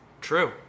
True